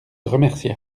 remercia